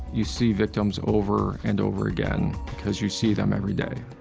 you see victims over and over again because you see them every day.